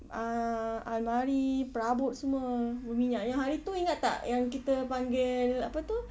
uh almari perabot semua berminyak yang hari itu ingat tak yang kita panggil apa itu